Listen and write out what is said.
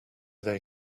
they